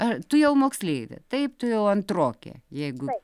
ar tu jau moksleivė taip tu jau antrokė jeigu